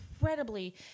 incredibly